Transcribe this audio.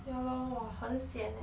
ya lor !wah! 很 sian leh